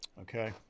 Okay